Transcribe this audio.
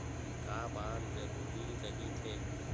का बार जरूरी रहि थे?